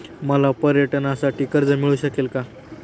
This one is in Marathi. मला पर्यटनासाठी कर्ज मिळू शकेल का?